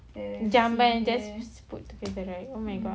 jamban just put together right oh my god